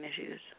issues